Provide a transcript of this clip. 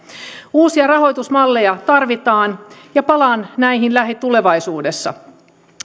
uusia rahoitusmalleja tarvitaan ja palaan näihin lähitulevaisuudessa